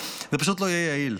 זה פשוט לא יהיה יעיל.